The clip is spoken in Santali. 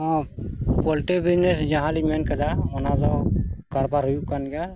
ᱦᱚᱸ ᱯᱳᱞᱴᱨᱤ ᱵᱤᱡᱽᱱᱮᱥ ᱡᱟᱦᱟᱸᱞᱤᱧ ᱢᱮᱱ ᱟᱠᱟᱫᱟ ᱚᱱᱟᱫᱚ ᱠᱟᱨᱵᱟᱨ ᱦᱩᱭᱩᱜ ᱠᱟᱱ ᱜᱮᱭᱟ